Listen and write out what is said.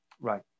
Right